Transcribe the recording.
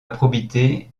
probité